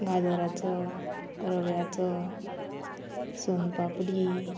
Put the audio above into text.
गाजराचो रव्याचो सोन पापडी